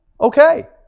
okay